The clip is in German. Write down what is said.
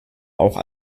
auch